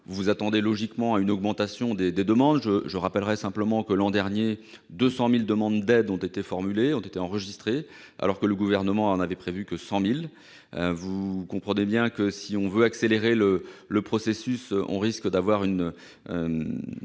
vous attendez donc à une augmentation des demandes. Je rappelle simplement que, l'an dernier, 200 000 demandes d'aide ont été enregistrées, alors que le Gouvernement n'en prévoyait que 100 000. Vous comprenez bien que, si l'on veut accélérer le processus, l'on risque d'accumuler